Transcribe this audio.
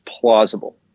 plausible